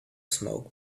smoke